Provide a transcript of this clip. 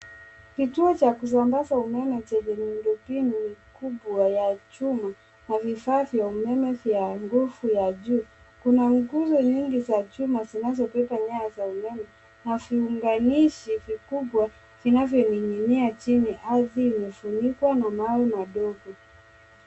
Kituo cha kusambaza umeme chenye miundo mbinu kubwa ya chuma na vifaa vya umeme vya nguvu ya juu. Kuna nguzo nyingi za chuma zinazobeba nyaya za umeme na viunganishi vikubwa vinavyoninginia chini au vile vimefunikwa na mawe madogo.